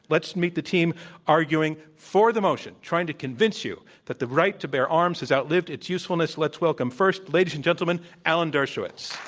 let's meet the team arguing for the motion, trying to convince you that the constitutional right to bear arms has outlived its usefulness. let's welcome, first, ladies and gentlemen, alan dershowitz.